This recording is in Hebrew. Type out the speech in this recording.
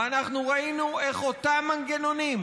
ואנחנו ראינו איך אותם מנגנונים,